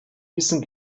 wissen